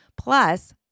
plus